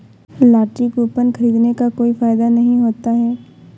lottery coupon खरीदने का कोई फायदा नहीं होता है